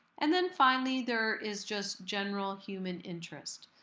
and then finally there is just general human interest.